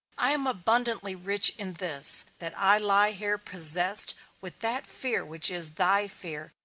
i am abundantly rich in this, that i lie here possessed with that fear which is thy fear,